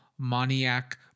Maniac